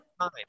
time